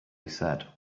said